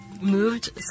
moved